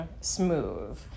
smooth